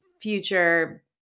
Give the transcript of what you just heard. future